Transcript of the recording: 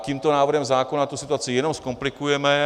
Tímto návrhem zákona tu situaci jenom zkomplikujeme.